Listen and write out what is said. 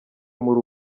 muri